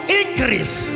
increase